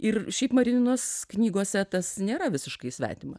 ir šiaip marininos knygose tas nėra visiškai svetima